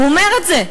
הוא אומר את זה.